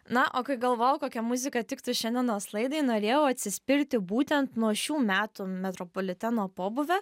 na o kai galvojau kokia muzika tiktų šiandienos laidai norėjau atsispirti būtent nuo šių metų metropoliteno pobūvio